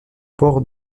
port